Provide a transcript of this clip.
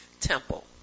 temple